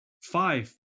five